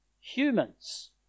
humans